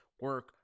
Work